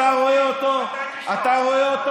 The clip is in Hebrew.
אתה גם מפריע.